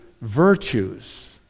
virtues